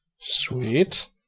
Sweet